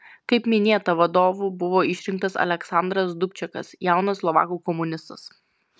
kaip minėta vadovu buvo išrinktas aleksandras dubčekas jaunas slovakų komunistas